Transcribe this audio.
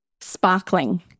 sparkling